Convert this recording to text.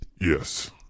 yes